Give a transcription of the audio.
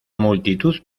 multitud